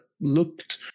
looked